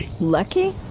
Lucky